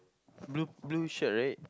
blue blue shirt right